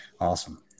Awesome